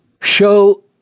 show